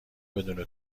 بدون